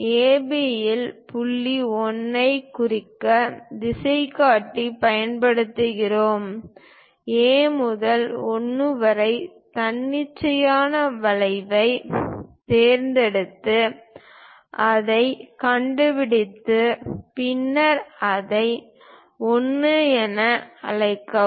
AC யில் புள்ளி 1 ஐ குறிக்க திசைகாட்டி பயன்படுத்துகிறோம் A முதல் 1 வரை தன்னிச்சையான வளைவைத் தேர்ந்தெடுத்து அதைக் கண்டுபிடித்து பின்னர் இதை 1 என அழைக்கவும்